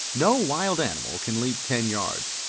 no wild animal can leap ten yards,